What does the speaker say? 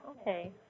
Okay